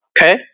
Okay